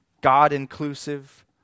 God-inclusive